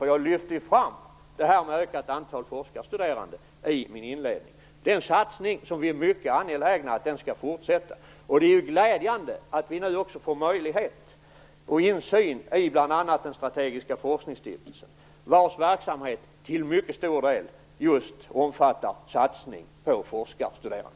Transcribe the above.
Jag lyfte ju fram vikten av ett ökat antal forskarstuderande i min inledning. Vi är mycket angelägna om att den satsningen skall fortsätta. Det är glädjande att vi nu också får insyn i bl.a. den strategiska forskningsstiftelsen, vars verksamhet till mycket stor del omfattar just satsning på forskarstuderande.